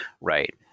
Right